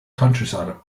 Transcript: countryside